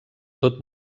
tot